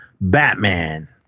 Batman